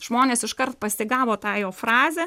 žmonės iškart pasigavo tą jo frazę